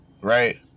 Right